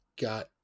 got